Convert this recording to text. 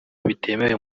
bitemewe